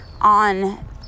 on